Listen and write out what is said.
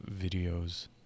videos